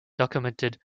documented